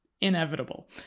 inevitable